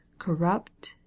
corrupt